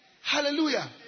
Hallelujah